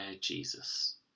Jesus